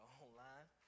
online